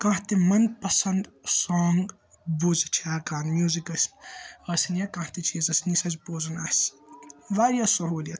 کانٛہہ تہِ مَن پَسَنٛد سانٛگ بوٗزِتھ چھِ ہیٚکان میٛوٗزِک أسۍ آسِن یا کانٛہہ تہِ چیٖز آسِن یُس اَسہِ بوزُن آسہِ واریاہ سہوٗلِیَت